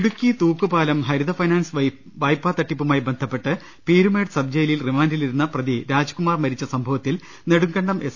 Idukki Thookkupalam Haritha finance വായ്പാ തട്ടിപ്പുമായി ബന്ധപ്പെട്ട് പീരുമേട് സബ്ബ് ജയിലിൽ റിമാന്റിലിരുന്ന പ്രതി രാജ്കുമാർ മരിച്ച ്സംഭവത്തിൽ നെടുങ്കണ്ടം എസ്